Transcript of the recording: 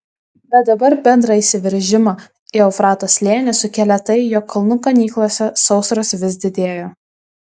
bet dabar bendrą įsiveržimą į eufrato slėnį sukėlė tai jog kalnų ganyklose sausros vis didėjo